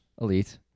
Elite